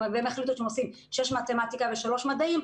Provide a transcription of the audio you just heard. אם הם החליטו שהם עושים 6 מתמטיקה ו-3 מדעים,